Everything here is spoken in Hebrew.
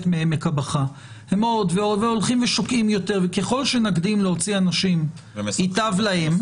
מעמק הבכא והם הולכים ושוקעים יותר וככל שנקדים להוציא אנשים ייטב להם,